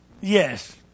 Yes